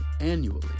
annually